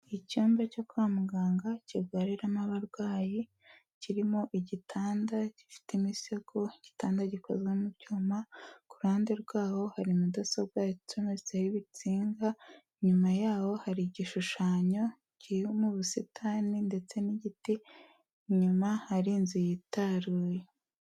Icyumba cyo kwa muganga kirwariramo abarwayi, kirimo igitanda gifite imisego, igitanda gikozwe mu cyuma, ku ruhande rw'aho hari mudasobwa icometseho ibitsinga, inyuma y'aho hari igishushanyo kiri mu busitani ndetse n'igiti, inyuma hari inzu yitaruye.